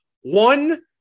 one